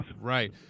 Right